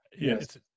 Yes